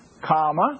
comma